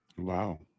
Wow